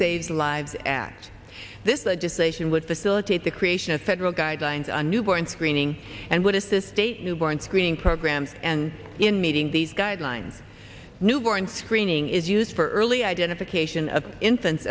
saves lives act this legislation would facilitate the creation of federal guidelines a newborn screening and would assist state newborn screening programs and in meeting these guidelines newborn screening is used for early identification of infants